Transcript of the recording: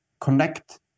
connect